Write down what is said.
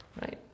right